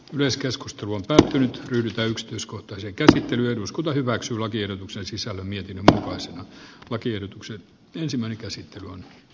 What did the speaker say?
yleiskeskustelu on päätynyt yltä yksityiskohtaisen käsittelyn eduskunta hyväksyi lakiehdotuksen sisällön jokin valkoisen toivon menestystä ajatukselle